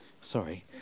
Sorry